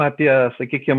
apie sakykim